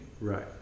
right